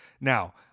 now